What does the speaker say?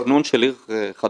בתכנון של עיר חדשה,